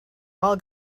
all